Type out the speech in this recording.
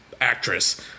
actress